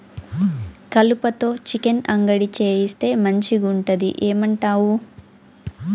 కలుపతో చికెన్ అంగడి చేయిస్తే మంచిగుంటది ఏమంటావు